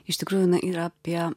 iš tikrųjų yra apie